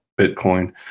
Bitcoin